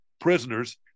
prisoners